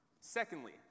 Secondly